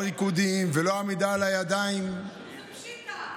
ריקודים ולא עמידה על הידיים זה פשיטא.